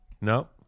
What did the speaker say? No